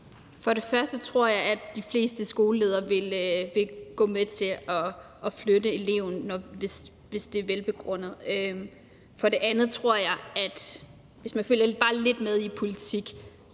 For det første tror jeg, at de fleste skoleledere vil gå med til at flytte eleven, hvis det er velbegrundet. For det andet tror jeg, at man, hvis man følger bare lidt med i politik,